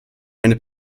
eine